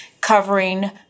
covering